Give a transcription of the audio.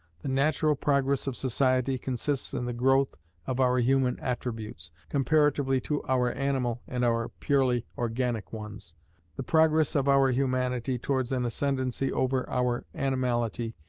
the natural progress of society consists in the growth of our human attributes, comparatively to our animal and our purely organic ones the progress of our humanity towards an ascendancy over our animality,